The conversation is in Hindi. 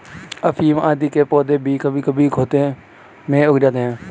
अफीम आदि के पौधे भी कभी कभी खेतों में उग जाते हैं